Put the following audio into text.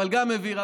אבל גם היא העבירה,